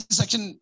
section